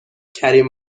کریم